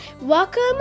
Welcome